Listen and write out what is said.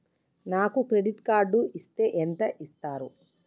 నాకు credit card ఇస్తే ఎంత ఇస్తరు?